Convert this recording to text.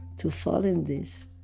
to fall in this.